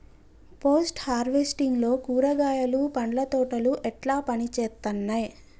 Post harvesting లో కూరగాయలు పండ్ల తోటలు ఎట్లా పనిచేత్తనయ్?